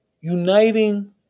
uniting